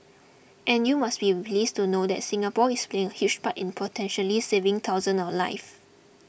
and you must be pleased to know that Singapore is playing a huge part in potentially saving thousands of lives